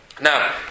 Now